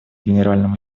генеральному